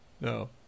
no